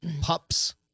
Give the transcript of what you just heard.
pups